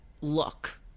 look